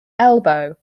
elbow